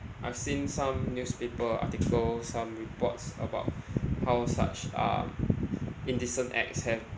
I've seen some newspaper article some reports about how such um indecent acts have